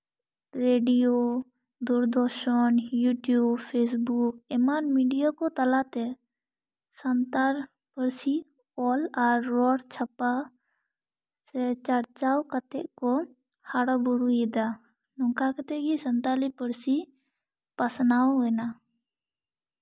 radio Doordarshan YouTube Facebook ᱮᱢᱟᱱ media ᱠᱚ ᱛᱟᱞᱟᱛᱮ ᱥᱟᱱᱛᱟᱲ ᱯᱟᱹᱨᱥᱤ ᱚᱞ ᱟᱨ ᱨᱚᱲ ᱪᱷᱟᱯᱟ ᱥᱮ ᱪᱟᱨᱪᱟᱣ ᱠᱟᱛᱮᱫ ᱠᱚ ᱦᱟᱨᱟᱵᱩᱨᱩᱭᱮᱫᱟ ᱱᱚᱝᱠᱟ ᱠᱟᱛᱮᱫ ᱜᱮ ᱥᱟᱱᱛᱟᱞᱤ ᱯᱟᱹᱨᱥᱤ ᱯᱟᱥᱱᱟᱣ ᱮᱱᱟ